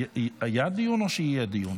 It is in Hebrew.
היה דיון או שיהיה דיון?